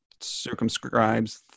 circumscribes